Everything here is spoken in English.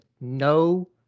no